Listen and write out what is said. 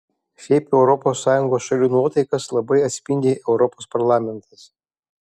šiaip europos sąjungos šalių nuotaikas labai atspindi europos parlamentas